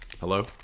Hello